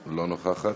לא נוכחת.